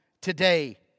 today